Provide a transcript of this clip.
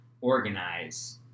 organize